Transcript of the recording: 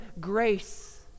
grace